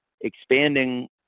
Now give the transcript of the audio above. expanding